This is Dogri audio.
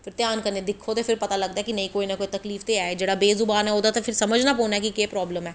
फिर ध्यान कन्नैं दिक्खो ते फिर पता लग्गदा कि नेंई कोई ना कोई तकलीफ ते है जेह्ड़ा बेजुवान ऐ ओह्दे ते फिर समझनां पौना केह् ऐ